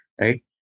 right